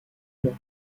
mois